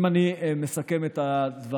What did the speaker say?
אם אני מסכם את הדברים,